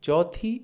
चौथी